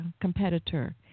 competitor